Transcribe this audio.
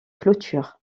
clôtures